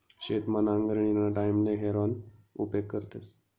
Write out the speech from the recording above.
शेतमा नांगरणीना टाईमले हॅरोना उपेग करतस